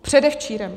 Předevčírem!